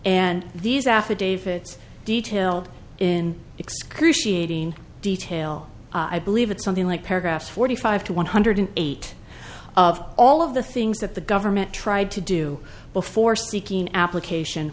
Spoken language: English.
and these affidavits detailed in excruciating detail i believe it's something like paragraph forty five to one hundred eight of all of the things that the government tried to do before seeking an application